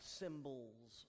symbols